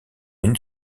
une